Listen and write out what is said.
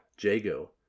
Jago